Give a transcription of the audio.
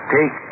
Take